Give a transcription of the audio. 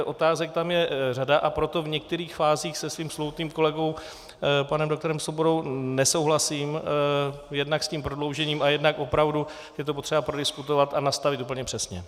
Otázek tam je řada, a proto v některých fázích se svým slovutným kolegou panem MUDr. Svobodou, nesouhlasím, jednak s tím prodloužením a jednak opravdu je to potřeba prodiskutovat a nastavit úplně přesně.